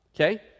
okay